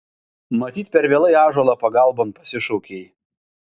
matyt per vėlai ąžuolą pagalbon pasišaukei